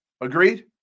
Agreed